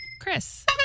Chris